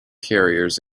carriers